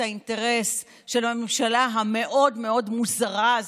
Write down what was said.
האינטרס של הממשלה המאוד-מאוד מוזרה הזאת,